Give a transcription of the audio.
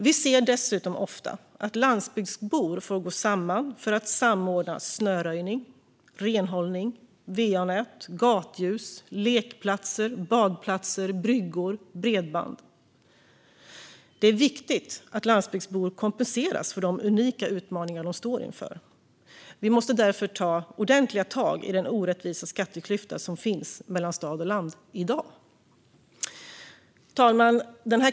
Vi ser dessutom ofta att landsbygdsbor får gå samman för att samordna snöröjning, renhållning, va-nät, gatljus, lekplatser, badplatser, bryggor och bredband. Det är viktigt att landsbygdsbor kompenseras för de unika utmaningar de står inför. Vi måste därför ta ordentliga tag i den orättvisa skatteklyfta som i dag finns mellan stad och land. Fru talman!